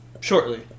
shortly